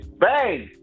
bang